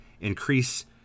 increase